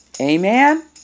Amen